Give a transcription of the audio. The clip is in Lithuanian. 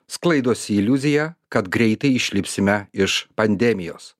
sklaidosi iliuzija kad greitai išlipsime iš pandemijos